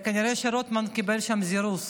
כנראה שרוטמן קיבל שם זירוז,